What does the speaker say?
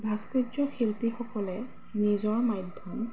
ভাস্কৰ্য শিল্পীসকলে নিজৰ মাধ্যম